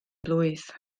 blwydd